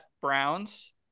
Browns